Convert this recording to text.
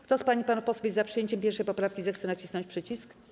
Kto z pań i panów posłów jest za przyjęciem 1. poprawki, zechce nacisnąć przycisk.